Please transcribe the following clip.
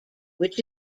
which